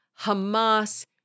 Hamas